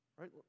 right